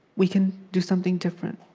we can do something different,